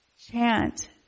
chant